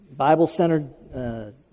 Bible-centered